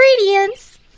ingredients